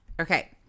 Okay